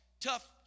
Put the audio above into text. tough